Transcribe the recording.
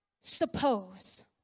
suppose